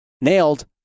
Nailed